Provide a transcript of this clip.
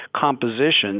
compositions